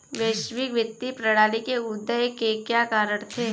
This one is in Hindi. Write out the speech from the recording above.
वैश्विक वित्तीय प्रणाली के उदय के क्या कारण थे?